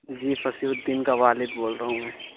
جی Fasihuddin کا والد بول رہا ہوں میں